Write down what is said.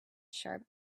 sharp